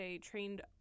trained